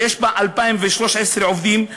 שיש בה 2,013 עובדים,